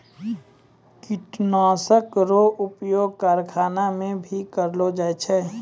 किटोसनक रो उपयोग करखाना मे भी करलो जाय छै